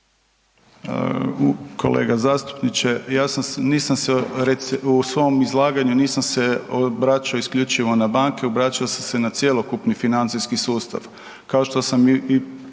Kolega zastupniče, nisam se u svom izlaganju, nisam se obraćao isključivo na banke, obraćao sam se na cjelokupni financijski sustav. Kao što sam i